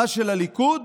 מה שלליכוד,